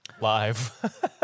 live